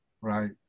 right